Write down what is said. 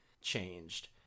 changed